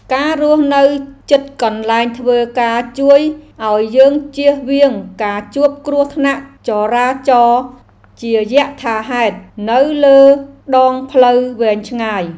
ការរស់នៅជិតកន្លែងធ្វើការជួយឱ្យយើងជៀសវាងការជួបគ្រោះថ្នាក់ចរាចរណ៍ជាយថាហេតុនៅលើដងផ្លូវវែងឆ្ងាយ។